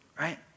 right